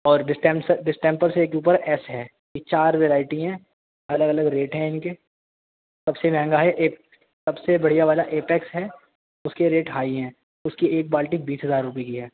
اور ڈسٹینسر ڈسٹیمپر سے ایک اوپر ایس ہے یہ چار ورائٹی ہیں الگ الگ ریٹ ہیں ان کے سب سے مہنگا ہے ایک سب سے بڑھیا والا ایپیکس ہے اس کے ریٹ ہائی ہیں اس کی ایک بالٹی بیس ہزار روپئے کی ہے